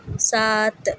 سات